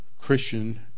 Christian